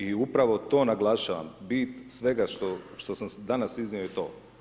I upravo to naglašavam, bit svega što sam danas iznio je to.